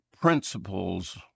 principles